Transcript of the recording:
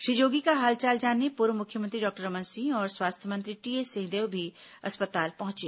श्री जोगी का हालचाल जानने पूर्व मुख्यमंत्री डॉक्टर रमन सिंह और स्वास्थ्य मंत्री टीएस सिंहदेव भी अस्पताल पहुंचे